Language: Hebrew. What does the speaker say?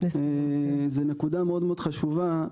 זו נקודה מאוד חשובה.